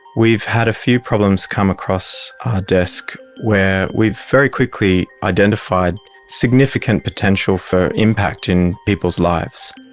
we've had a few problems come across our desk where we've very quickly identified significant potential for impact in people's lives.